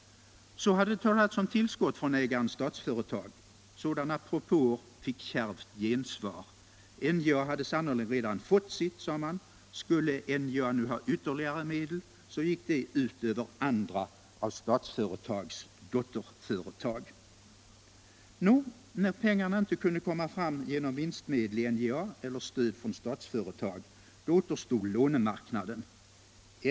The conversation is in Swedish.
Så hade det talats om tillskott från ägaren Statsföretag. Sådana propåer fick kärvt gensvar. NJA hade sannerligen redan fått sitt, sades det. Skulle NJA ha ytterligare medel, skulle detta gå ut över andra av Statsföretags dotterföretag. Nå, när pengarna inte kunde fås fram genom vinstmedel i NJA eller stöd från Statsföretag återstod lånemarknaden.